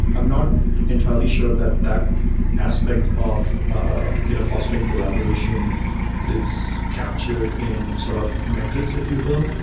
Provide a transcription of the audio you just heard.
i'm not entirely sure that that aspect of um you know fostering collaboration is captured in sort of metrics, if you will.